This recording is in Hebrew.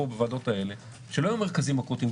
בוועדות האלה הוא שלא היו מרכזים אקוטיים.